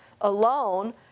alone